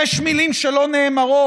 יש מילים שלא נאמרות,